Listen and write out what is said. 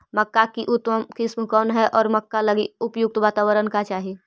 मक्का की उतम किस्म कौन है और मक्का लागि उपयुक्त बाताबरण का चाही?